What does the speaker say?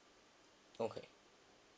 okay